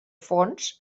fons